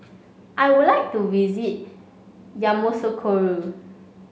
I would like to visit Yamoussoukro